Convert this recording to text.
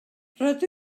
rydw